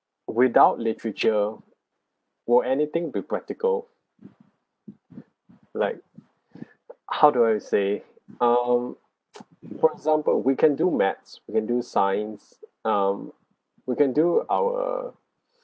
without literature will anything be practical like how do I say um for example we can do maths we can do science um we can do our